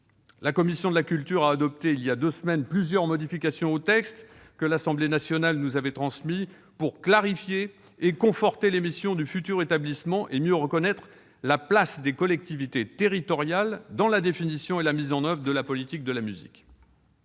La commission de la culture a adopté, il y a deux semaines, plusieurs modifications au texte que l'Assemblée nationale nous avait transmis pour clarifier et conforter les missions du futur établissement et mieux reconnaître la place des collectivités territoriales dans la définition et la mise en oeuvre de la politique de la musique.